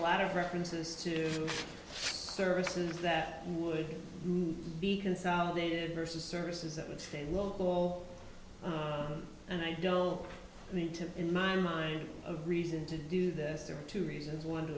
lot of references to services that would be consolidated versus services that would stay local and i don't need to in my mind a reason to do this there are two reasons one to